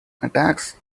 attacks